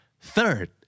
Third